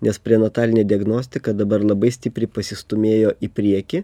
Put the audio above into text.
nes prenatalinė diagnostika dabar labai stipriai pasistūmėjo į priekį